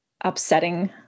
upsetting